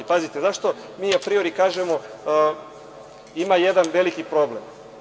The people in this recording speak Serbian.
Zašto mi apriori kažemo, ima jedan veliki problem.